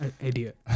Idiot